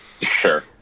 Sure